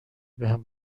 بهم